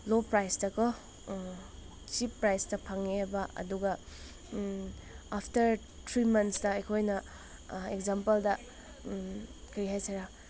ꯂꯣ ꯄ꯭ꯔꯥꯏꯁꯇꯀꯣ ꯆꯤꯞ ꯄ꯭ꯔꯥꯏꯁꯇ ꯐꯪꯉꯦꯕ ꯑꯗꯨꯒ ꯑꯐꯇꯔ ꯊ꯭ꯔꯤ ꯃꯟꯁꯇ ꯑꯩꯈꯣꯏꯅ ꯑꯦꯛꯖꯥꯝꯄꯜꯗ ꯀ꯭ꯔꯤ ꯍꯥꯏꯁꯤꯔꯥ